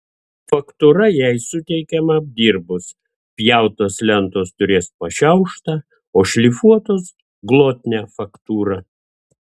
faktūra jai suteikiama apdirbus pjautos lentos turės pašiauštą o šlifuotos glotnią faktūrą